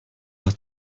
hat